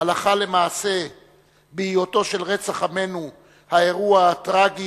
הלכה למעשה בהיותו של רצח עמנו האירוע הטרגי